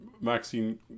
Maxine